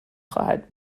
خواهد